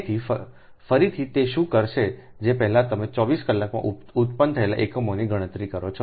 તેથી ફરીથી તે શું કરશે જે પહેલા તમે 24 કલાકમાં ઉત્પન્ન થયેલ એકમોની ગણતરી કરો છો